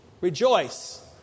Rejoice